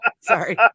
Sorry